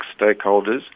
stakeholders